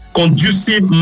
conducive